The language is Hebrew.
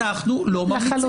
אנחנו לא ממליצים.